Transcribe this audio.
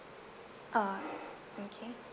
uh okay